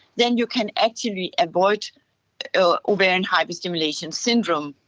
then you can actively avoid ovarian hyperstimulation syndrome.